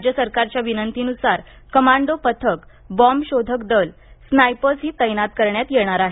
राज्य सरकारच्या विनंतीनुसार कमांडो पथक बॉम्ब शोधक दल स्नायपर्सही तैनात करण्यात येणार आहेत